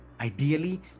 Ideally